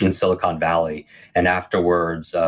and silicon valley and afterwards,